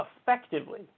effectively